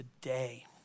today